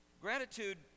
Gratitude